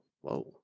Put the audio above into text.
Whoa